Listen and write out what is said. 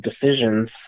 decisions